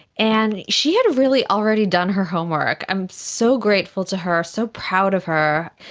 and she had really already done her homework. i'm so grateful to her, so proud of her.